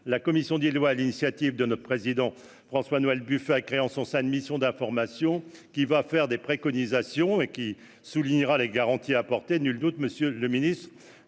la commission des lois à l'initiative de notre président, François Noël Buffet a créé en son sein de mission d'information qui va faire des préconisations et qui soulignera les garanties apportées, nul doute, Monsieur le Ministre,